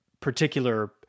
particular